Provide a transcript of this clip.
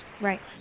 Right